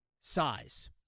size